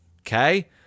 Okay